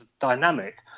dynamic